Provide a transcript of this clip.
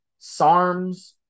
SARMS